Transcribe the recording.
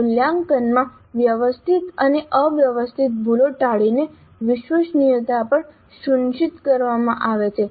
મૂલ્યાંકનમાં વ્યવસ્થિત અને અવ્યવસ્થિત ભૂલો ટાળીને વિશ્વસનીયતા પણ સુનિશ્ચિત કરવામાં આવે છે